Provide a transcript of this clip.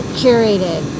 curated